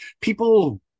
People